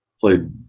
played